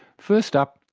first up,